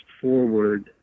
forward